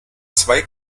zwei